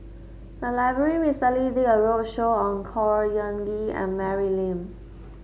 the library recently did a roadshow on Khor Ean Ghee and Mary Lim